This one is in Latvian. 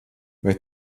vai